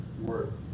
worth